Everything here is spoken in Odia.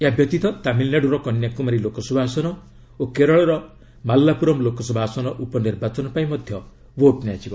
ଏହାବ୍ୟତୀତ ତାମିଲନାଡ଼ୁର କନ୍ୟାକୁମାରୀ ଲୋକସଭା ଆସନ ଓ କେରଳର ମାଲାପୁରମ୍ ଲୋକସଭା ଆସନ ଉପନିର୍ବାଚନ ପାଇଁ ମଧ୍ୟ ଭୋଟ୍ ନିଆଯିବ